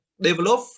develop